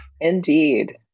Indeed